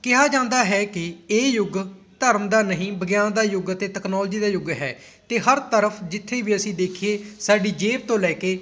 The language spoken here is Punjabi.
ਕਿਹਾ ਜਾਂਦਾ ਹੈ ਕਿ ਇਹ ਯੁੱਗ ਧਰਮ ਦਾ ਨਹੀਂ ਵਿਗਿਆਨ ਦਾ ਯੁੱਗ ਅਤੇ ਤਕਨੋਲਜੀ ਦਾ ਯੁੱਗ ਹੈ ਅਤੇ ਹਰ ਤਰਫ਼ ਜਿੱਥੇ ਵੀ ਅਸੀਂ ਦੇਖੀਏ ਸਾਡੀ ਜੇਬ ਤੋਂ ਲੈ ਕੇ